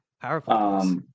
powerful